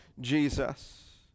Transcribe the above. Jesus